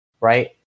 right